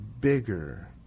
bigger